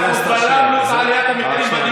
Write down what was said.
כמה היא היום?